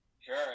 Sure